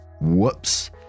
Whoops